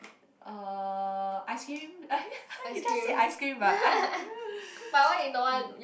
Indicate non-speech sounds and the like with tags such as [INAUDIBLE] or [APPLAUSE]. uh ice cream [LAUGHS] he just said ice cream but I [LAUGHS]